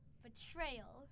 betrayal